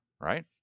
right